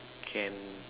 can